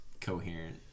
coherent